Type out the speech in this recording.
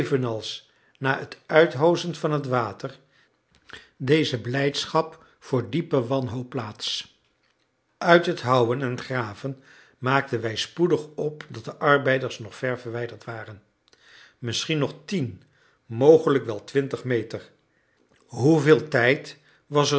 na het uithoozen van het water deze blijdschap voor diepe wanhoop plaats uit het houwen en graven maakten wij spoedig op dat de arbeiders nog ver verwijderd waren misschien nog tien mogelijk wel twintig meter hoeveel tijd was